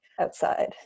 outside